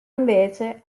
invece